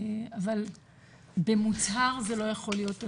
אבל במוצהר זה לא יכול להיות אנונימי.